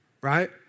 Right